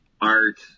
art